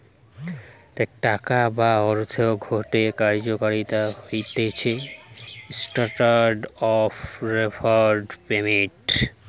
টাকা বা অর্থের গটে কার্যকারিতা হতিছে স্ট্যান্ডার্ড অফ ডেফার্ড পেমেন্ট